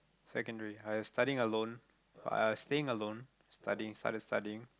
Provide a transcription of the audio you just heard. secondary I was studying alone but I was staying alone studying started studying